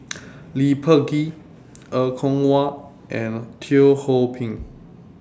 Lee Peh Gee Er Kwong Wah and Teo Ho Pin